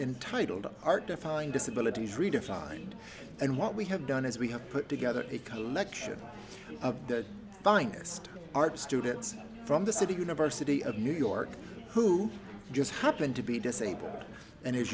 entitled art defying disabilities redefined and what we have done is we have put together a collection of the finest art students from the city university of new york who just happened to be disabled and